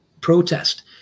protest